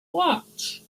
watch